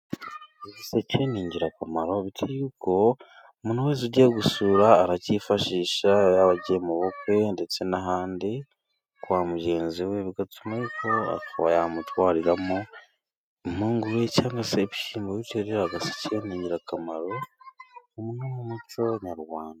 Igiseke ni ingirakamaro bitewe yuko umuntu wese ugiye gusura, aracyifashisha. Yaba agiye mu bukwe ndetse n'ahandi kwa mugenzi we, bigatuma ariko akaba yamutwariramo impungure cyangwa se ibyishimbo, bityo agaseke ni ingirakamaro. Uy ni umuco nyarwanda.